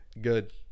Good